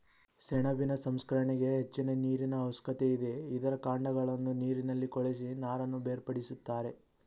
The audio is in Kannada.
ಸೆಣಬಿನ ಸಂಸ್ಕರಣೆಗೆ ಹೆಚ್ಚಿನ ನೀರಿನ ಅವಶ್ಯಕತೆ ಇದೆ, ಇದರ ಕಾಂಡಗಳನ್ನು ನೀರಿನಲ್ಲಿ ಕೊಳೆಸಿ ನಾರನ್ನು ಬೇರ್ಪಡಿಸುತ್ತಾರೆ